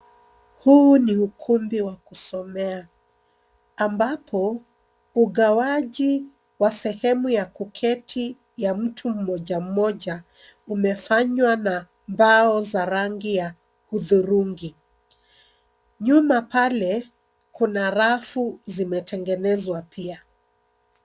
Huu ni ukumbi wa kusomea , ambapo ugawaji wa sehemu ya kuketi ya mtu mmoja mmoja umefanywa na mbao za rangi ya hudhurungi. Nyuma pale kuna rafu zimetengenezwa pia.